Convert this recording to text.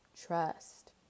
Trust